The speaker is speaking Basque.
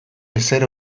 ezer